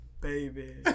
baby